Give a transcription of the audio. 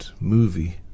movie